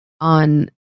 on